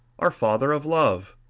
our father of love.